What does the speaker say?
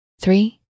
three